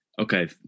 okay